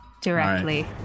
directly